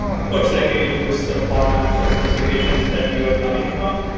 of course, let you use the format or specifications that you're coming from.